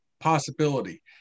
possibility